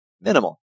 Minimal